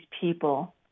people